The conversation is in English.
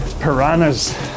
piranhas